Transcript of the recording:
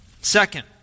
Second